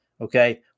okay